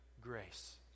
grace